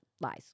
Lies